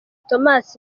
thomas